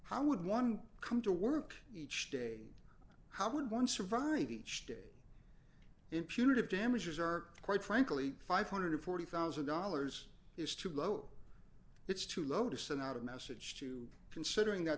how would one come to work each day how would one survive each day in punitive damages or quite frankly five hundred and forty thousand dollars is too low it's too low to send out a message to considering that